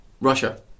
Russia